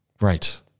Right